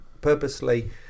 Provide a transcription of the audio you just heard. purposely